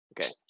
Okay